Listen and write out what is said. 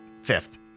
fifth